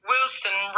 Wilson